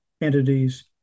entities